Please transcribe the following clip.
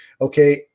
Okay